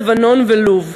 לבנון ולוב,